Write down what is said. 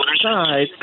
side